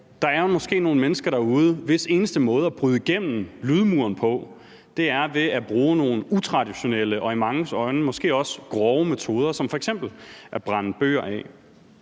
der er måske nogle mennesker derude, hvis eneste måde at bryde igennem lydmuren på er ved at bruge nogle utraditionelle og i manges øjne måske også grove metoder som f.eks. at brænde bøger af.